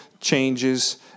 changes